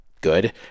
good